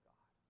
God